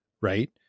right